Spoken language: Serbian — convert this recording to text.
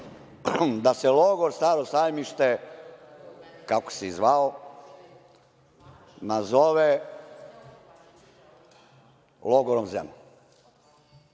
da se logor Staro sajmište, kako se i zvao, nazove logorom Zemun. Ja